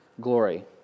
glory